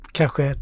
kanske